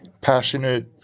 passionate